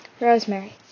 Rosemary